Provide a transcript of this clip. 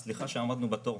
סליחה שעמדנו בתור,